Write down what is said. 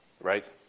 right